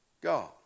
God